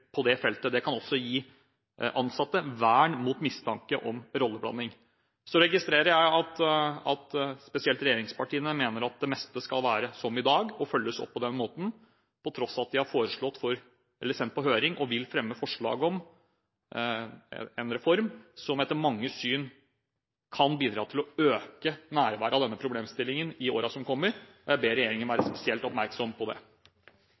på det feltet, det kan også gi ansatte vern mot mistanke om rolleblanding. Så registrerer jeg at spesielt regjeringspartiene mener at det meste skal være som i dag og følges opp på den måten, på tross av at de har sendt på høring og vil fremme forslag om en reform som etter manges syn kan bidra til å øke nærværet av denne problemstillingen i årene som kommer. Jeg ber regjeringen være spesielt oppmerksom på det.